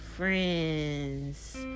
friends